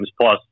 plus